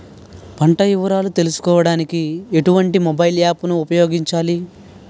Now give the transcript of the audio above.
పంట వివరాలు తెలుసుకోడానికి ఎటువంటి మొబైల్ యాప్ ను ఉపయోగించాలి?